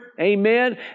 Amen